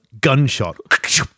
gunshot